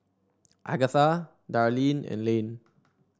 Agatha Darleen and Lane